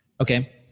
Okay